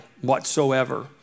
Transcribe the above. whatsoever